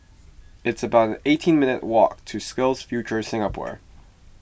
it's about eighteen minutes' walk to SkillsFuture Singapore